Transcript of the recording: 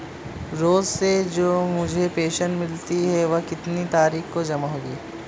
रोज़ से जो मुझे पेंशन मिलती है वह कितनी तारीख को जमा होगी?